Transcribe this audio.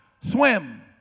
swim